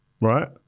right